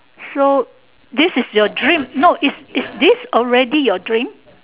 so this is your dream no is this already your dream